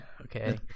okay